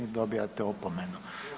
Dobivate opomenu.